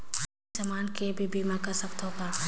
कोई समान के भी बीमा कर सकथव का?